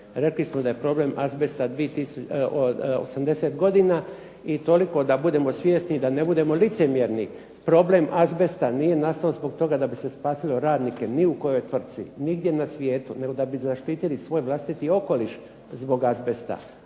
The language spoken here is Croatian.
Rekli smo da je problem azbesta 80 godina i toliko da budemo svjesni, da ne budemo licemjerni, problem azbesta nije nastalo zbog toga da bi se spasilo radnike ni u kojoj tvrtci nigdje na svijetu, nego da bi zaštitili svoj vlastiti okoliš zbog azbesta,